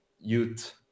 youth